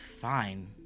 fine